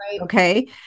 Okay